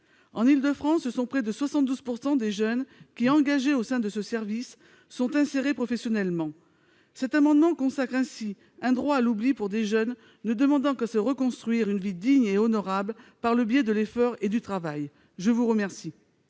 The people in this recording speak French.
En Île-de-France, ce sont près de 72 % des jeunes engagés au sein de ce service qui sont insérés professionnellement. À travers cet amendement, j'entends ainsi consacrer un droit à l'oubli pour des jeunes ne demandant qu'à se reconstruire une vie digne et honorable, par le biais de l'effort et du travail. Quel